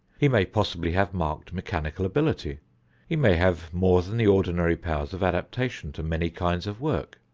he may possibly have marked mechanical ability he may have more than the ordinary powers of adaptation to many kinds of work.